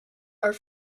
are